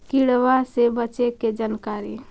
किड़बा से बचे के जानकारी?